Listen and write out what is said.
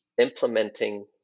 implementing